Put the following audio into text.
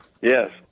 Yes